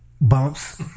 bumps